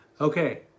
Okay